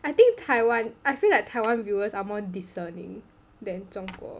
I think Taiwan I feel like Taiwan viewers are more discerning than 中国